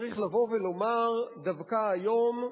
צריך לבוא ולומר דווקא היום: